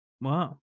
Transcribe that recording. Wow